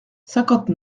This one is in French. cinquante